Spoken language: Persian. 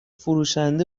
فروشنده